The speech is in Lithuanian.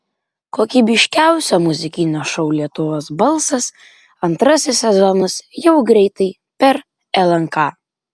kokybiškiausio muzikinio šou lietuvos balsas antrasis sezonas jau greitai per lnk